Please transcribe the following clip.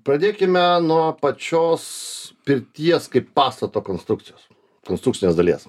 pradėkime nuo pačios pirties kaip pastato konstrukcijos konstrukcinės dalies